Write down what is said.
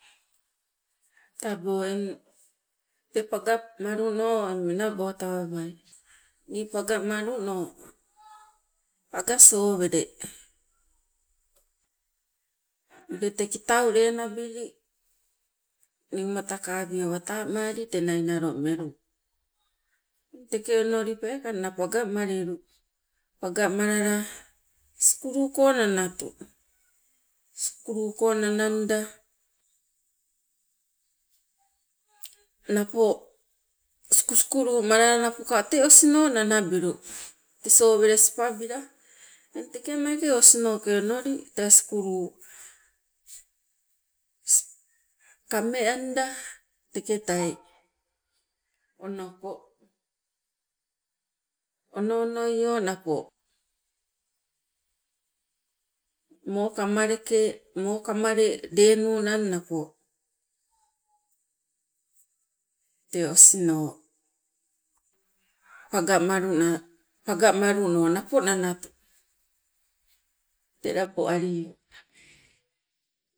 Tabo eng te pagamalu eng menabo tawabai. Nii pagamaluno aga sovele ule te kitau lenabili niumata kabie watamali te nai nalo melu teng teke onoli peekanna paga malilu, paga malala sukulu ko nanatu, sukuluko nananda napo sukusukulu malala napoka te osino nanabilu te sovele sipabila, eng teke meeke osinoke onoli tee sukulu kameanda teketai onoko. Ono onoio napo makamaleke mokamale lenunang napo te osino pagamaluna pagamaluno napo nanatu. Tee laboalio.